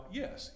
yes